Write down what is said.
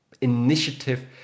initiative